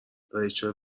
ریچل